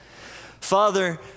Father